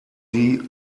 sie